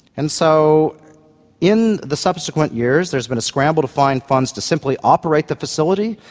and so in the subsequent years there has been a scramble to find funds to simply operate the facility.